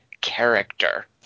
character